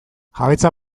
jabetza